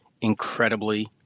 incredibly